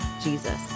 Jesus